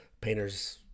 Painter's